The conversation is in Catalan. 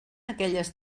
aquelles